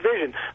vision